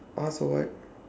us or what